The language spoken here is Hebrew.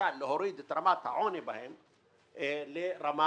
למשל להוריד את רמת העוני בהם לרמה